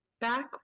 back